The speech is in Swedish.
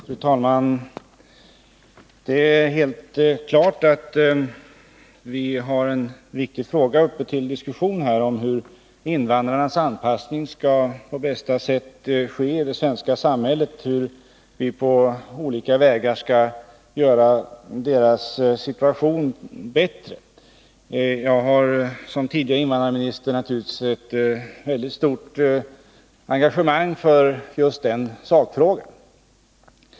Fru talman! Det är helt klart att vi nu har en viktig fråga uppe till diskussion, dvs. frågan om hur invandrarnas anpassning i det svenska samhället skall ske på bästa sätt och hur vi på olika vägar skall göra deras situation bättre. Jag har som tidigare invandrarminister ett väldigt stort engagemang för just den sakfrågan.